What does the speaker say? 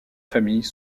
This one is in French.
familles